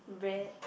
red